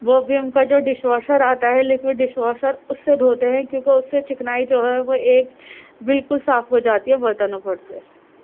وہ بھی ان کا جو ڈش واشر آتا ہے لکوڈ ڈش واشر اس سے دھوتے ہیں کیونکہ اس سے چکنائی جو ہے وہ ایک بالکل صاف ہو جاتی ہے برتنوں پر سے